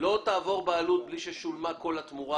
לא תעבור בעלות בלי ששולמה כל התמורה.